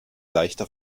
leichter